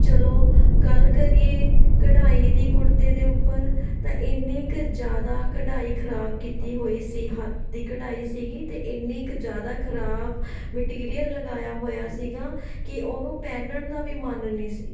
ਚਲੋ ਗੱਲ ਕਰੀਏ ਕਢਾਈ ਦੀ ਕੁੜਤੇ ਦੇ ਉੱਪਰ ਤਾਂ ਇੰਨੇ ਕੁ ਜ਼ਿਆਦਾ ਕਢਾਈ ਖਰਾਬ ਕੀਤੀ ਹੋਈ ਸੀ ਹੱਥ ਦੀ ਕਢਾਈ ਸੀਗੀ ਅਤੇ ਇੰਨੀ ਕੁ ਜ਼ਿਆਦਾ ਖਰਾਬ ਮਟੀਰੀਅਲ ਲਗਾਇਆ ਹੋਇਆ ਸੀਗਾ ਕਿ ਉਹਨੂੰ ਪਹਿਨਣ ਦਾ ਵੀ ਮਨ ਨਹੀਂ ਸੀ